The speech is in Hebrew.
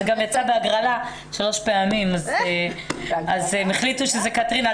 מה גם שזה יצא בהגרלה שלוש פעמים.